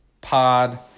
Pod